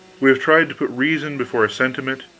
we have tried to put reason before sentiment,